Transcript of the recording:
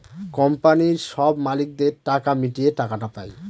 কোম্পানির সব মালিকদের টাকা মিটিয়ে টাকাটা পায়